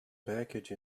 package